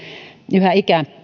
yhä